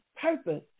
purpose